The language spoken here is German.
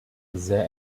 sehr